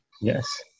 Yes